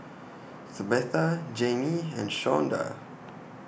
Tabatha Jayme and Shawnda